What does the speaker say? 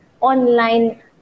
online